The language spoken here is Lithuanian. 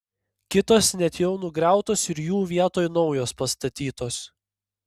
kitos net jau nugriautos ir jų vietoj naujos pastatytos